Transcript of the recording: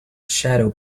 shadow